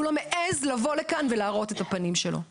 לא מעז לבוא ולהראות את הפנים שלו כאן.